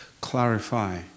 clarify